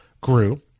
grew